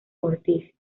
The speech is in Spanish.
ortiz